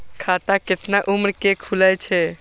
खाता केतना उम्र के खुले छै?